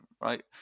right